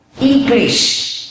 English